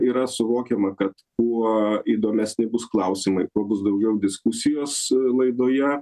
yra suvokiama kad kuo įdomesni bus klausimai kuo bus daugiau diskusijos laidoje